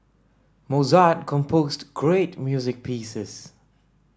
Mozart composed great music pieces